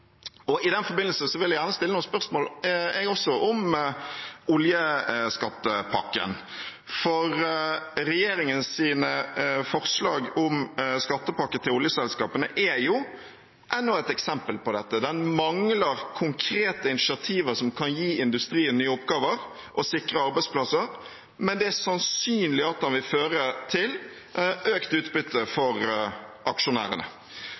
I den forbindelse vil jeg gjerne stille noen spørsmål om oljeskattepakken. For regjeringens forslag om skattepakke til oljeselskapene er jo enda et eksempel på dette. Den mangler konkrete initiativer som kan gi industrien nye oppgaver og sikre arbeidsplasser, men det er sannsynlig at den vil føre til økt utbytte for aksjonærene.